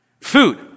food